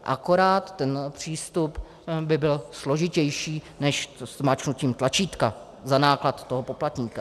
Akorát ten přístup by byl složitější než zmáčknutí tlačítka za náklad toho poplatníka.